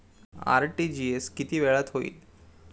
RTGS किती वेळात होईल?